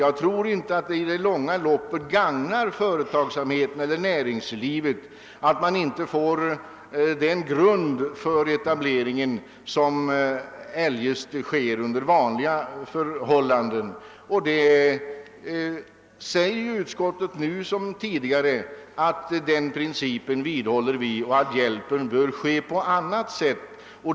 Jag tror inte att det i det långa loppet gagnar näringslivet att man inte får samma grund för etableringen som under vanliga förhållanden. Utskottet vidhåller nu liksom tidigare principen att hjälpen bör ges på annat sätt.